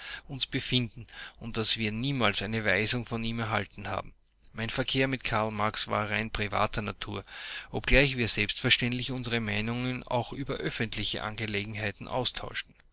uns befinden und daß wir niemals eine weisung von ihm erhalten haben mein verkehr mit karl marx war rein privater natur obgleich wir selbstverständlich unsere meinungen auch über öffentliche angelegenheiten austauschten